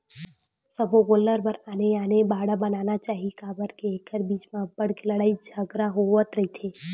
सब्बो गोल्लर बर आने आने बाड़ा बनाना चाही काबर के एखर बीच म अब्बड़ के लड़ई झगरा होवत रहिथे